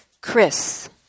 Chris